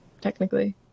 technically